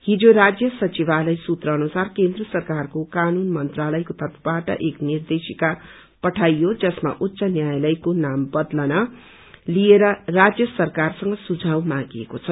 हिजो राज्य सचिवालय सुत्र अनुसार केन्द्र सरकारको कानून मन्त्रायका तर्फबाट एक निर्देशिका पठाईयो जसमा उच्च न्यायालयको नाम बदलन लिएर राज्य सरकारसँग सुझाव मागीएको छ